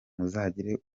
muzagire